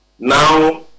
now